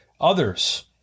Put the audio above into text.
others